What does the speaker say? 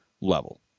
level